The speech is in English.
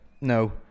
no